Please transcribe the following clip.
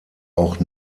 auch